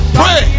pray